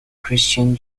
christian